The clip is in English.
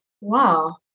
wow